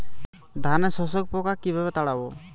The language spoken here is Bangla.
ধানে শোষক পোকা কিভাবে তাড়াব?